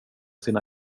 sina